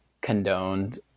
condoned